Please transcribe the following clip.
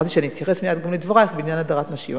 אמרתי שאני אתייחס גם לדברייך בעניין הדרת נשים.